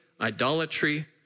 idolatry